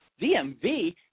DMV